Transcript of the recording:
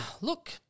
Look